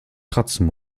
kratzen